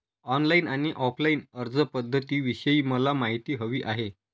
online आणि offline अर्जपध्दतींविषयी मला माहिती हवी आहे